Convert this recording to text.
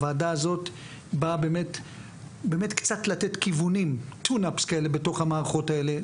הוועדה הזאת באה באמת לתת כיוונים בתוך המערכות האלה,